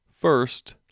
First